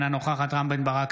אינה נוכחת רם בן ברק,